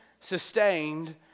sustained